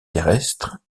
terrestre